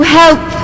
help